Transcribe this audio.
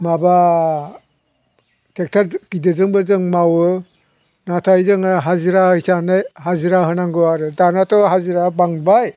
माबा ट्रेक्ट'र गिदिरजोंबो जों मावो नाथाय जोङो हाजिरा हिसाबै हाजिरा होनांगौ आरो दानाथ' हाजिराया बांबाय